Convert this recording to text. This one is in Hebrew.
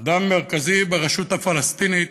והוא אדם מרכזי ברשות הפלסטינית.